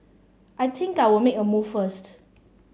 I think I'll make a move first